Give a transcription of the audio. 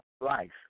life